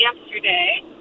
yesterday